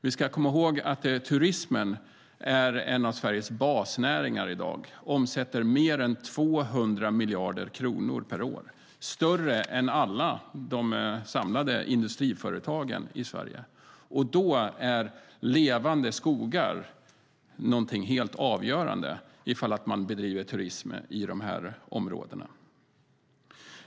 Vi ska komma ihåg att turismen är en av Sveriges basnäringar i dag och omsätter mer än 200 miljarder kronor per år. Den är större än alla de samlade industriföretagen i Sverige. Då är levande skogar någonting helt avgörande om man bedriver turism i dessa områden.